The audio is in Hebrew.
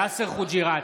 יאסר חוג'יראת,